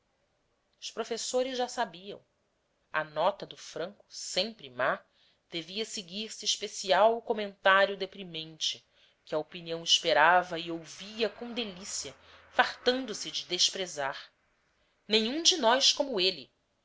os professores já sabiam à nota do franco sempre má devia seguir se especial comentário deprimente que a opinião esperava e ouvia com delícia fartando se de desprezar nenhum de nós como ele